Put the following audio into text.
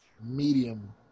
Medium